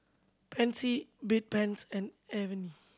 Pansy Bedpans and Avene